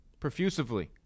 profusively